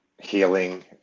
healing